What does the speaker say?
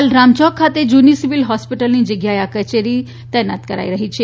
હાલ રામ ચોક ખાતે જૂની સિવિલ હોસ્પિટલની જગ્યાએ આ કચેરી તૈનાત કરાઇ રહી છે